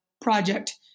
project